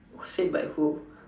who said by who